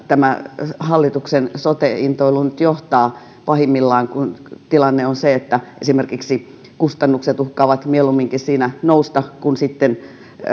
tämä hallituksen sote intoilu nyt pahimmillaan johtaa kun tilanne on se että esimerkiksi kustannukset uhkaavat siinä mieluumminkin nousta kuin sitten